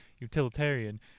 utilitarian